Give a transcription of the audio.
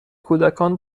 کودکان